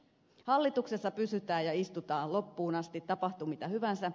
hallituksessa pysytään ja istutaan loppuun asti tapahtui mitä hyvänsä